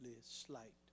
slight